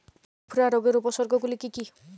উফরা রোগের উপসর্গগুলি কি কি?